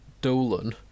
Dolan